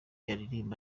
baririmba